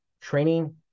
training